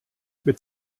mit